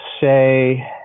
say